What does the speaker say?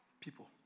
people